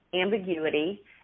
ambiguity